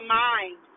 mind